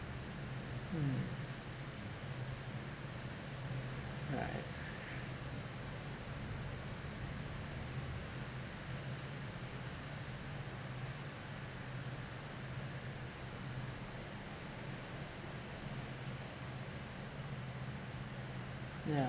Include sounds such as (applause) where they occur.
mm right (laughs) yeah